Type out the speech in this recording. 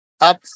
up